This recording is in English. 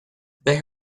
they